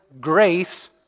grace